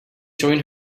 join